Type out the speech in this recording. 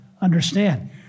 understand